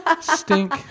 stink